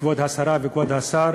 כבוד השרה וכבוד השר,